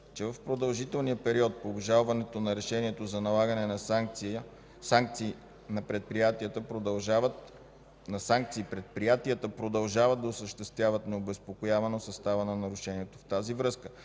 че в продължителния период по обжалването на решението за налагане на санкции предприятията продължават да осъществяват необезпокоявано състава на нарушението. В тази връзка